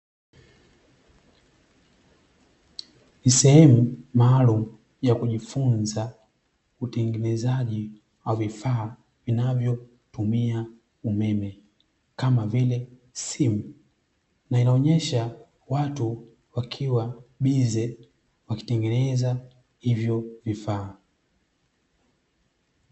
Ni sehemu maalum ya kujifunza utengenezaji wa vifaa, vinavyotumia umeme kama vile simu na inaonesha watu wakiwa bize wakitengeneza hivyo vifaa.